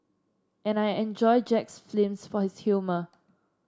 and I enjoy Jack's films for his humour